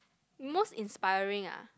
most inspiring ah